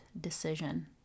decision